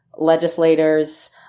legislators